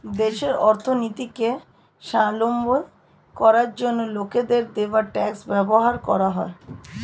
দেশের অর্থনীতিকে স্বাবলম্বী করার জন্য লোকের দেওয়া ট্যাক্স ব্যবহার করা হয়